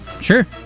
Sure